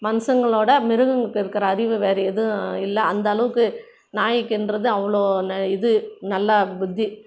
மனுஷங்களோட மிருகங்களுக்கு இருக்கிற அறிவு வேறு எதுவும் இல்லை அந்த அளவுக்கு நாய்க்கின்றது அவ்வளோ இது நல்லா புத்தி